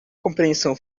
compreensão